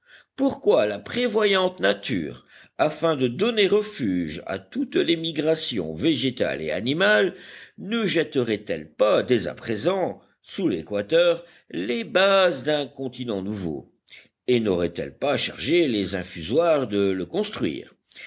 pourquoi la prévoyante nature afin de donner refuge à toute l'émigration végétale et animale ne jetterait elle pas dès à présent sous l'équateur les bases d'un continent nouveau et n'aurait-elle pas chargé les infusoires de le construire